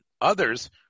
others